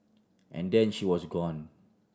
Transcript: and then she was gone